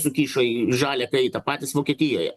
sukišo į žalią kaitą patys vokietijoje